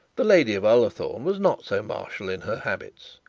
the lady of ullathorne was not so martial in her habits,